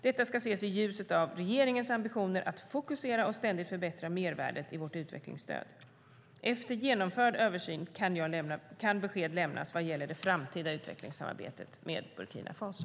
Detta ska ses i ljuset av regeringens ambitioner att fokusera och ständigt förbättra mervärdet i vårt utvecklingsstöd. Efter genomförd översyn kan besked lämnas vad gäller det framtida utvecklingssamarbetet med Burkina Faso.